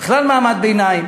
בכלל מעמד הביניים?